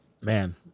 man